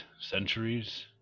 centuries